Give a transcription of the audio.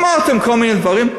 אמרתם כל מיני דברים.